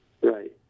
Right